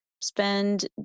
spend